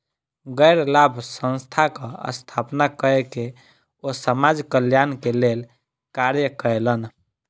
गैर लाभ संस्थानक स्थापना कय के ओ समाज कल्याण के लेल कार्य कयलैन